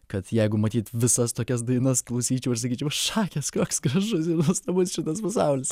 kad jeigu matyt visas tokias dainas klausyčiau ir sakyčiau šakės koks gražus ir nuostabus šitas pasaulis